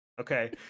Okay